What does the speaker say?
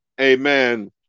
amen